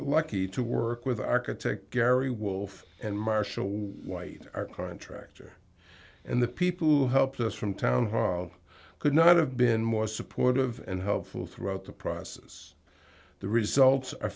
lucky to work with architect gary wolfe and marshall white contractor and the people who helped us from town hall could not have been more supportive and helpful throughout the process the results are